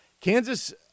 Kansas